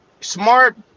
smart